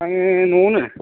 आङो न'आवनो